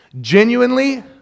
genuinely